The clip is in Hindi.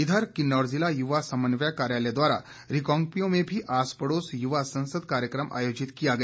इधर किन्नौर जिला युवा समन्वयक कार्यालय द्वारा रिकांगपिओ में भी आस पड़ोस युवा संसद कार्यक्रम आयोजित किया गया